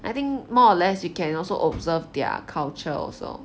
I think more or less you can also observe their culture also